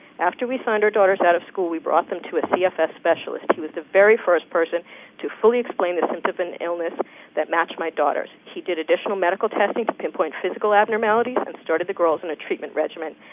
after we signed our daughters out of school, we brought them to a cfs specialist, who was the very first person to fully explain the symptoms and illness that matched my daughters. he did additional medical testing to pinpoint physical abnormalities, and started the girls on and a treatment regimen.